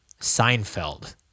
Seinfeld